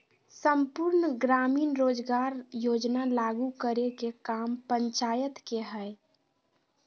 सम्पूर्ण ग्रामीण रोजगार योजना लागू करे के काम पंचायत के हय